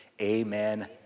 amen